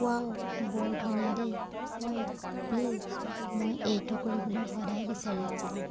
wow বৰ ধুনীয়া দেই হয় প্লিজ মই এইটো কৰিবলৈ সদায় বিচাৰি আছিলোঁ